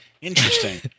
Interesting